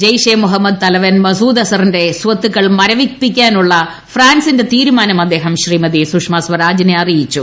ജയ്ഷെ ഇ മുഹമ്മദ് തലവൻ മസൂദ് അസറിന്റെ സ്വത്തുക്കൾ മരവിപ്പിക്കാനുള്ള ഫ്രാൻസിന്റെ തീരുമാനം അദ്ദേഹം ശ്രീമതി സ്വരാജിനെ അറിയിച്ചു